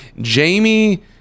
Jamie